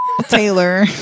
Taylor